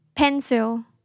Pencil